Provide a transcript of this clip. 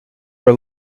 are